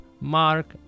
Mark